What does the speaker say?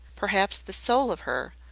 perhaps the soul of her,